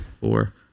Four